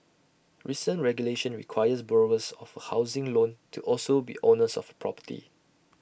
recent regulation requires borrowers of A housing loan to also be owners of A property